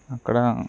అక్కడ